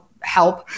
help